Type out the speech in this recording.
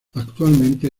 actualmente